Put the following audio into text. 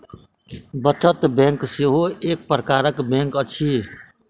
बचत बैंक सेहो एक प्रकारक बैंक अछि